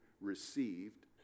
received